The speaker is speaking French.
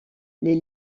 les